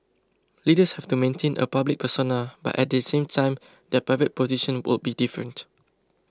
leaders have to maintain a public persona but at the same time their private position would be different